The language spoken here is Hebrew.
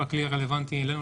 והכלי הרלוונטי לנו,